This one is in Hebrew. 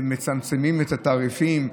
שמצמצמים את התעריפים,